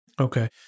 Okay